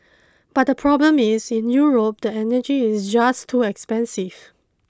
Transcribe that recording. but the problem is in Europe the energy is just too expensive